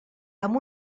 amb